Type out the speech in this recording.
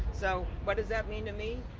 so what does that mean to me?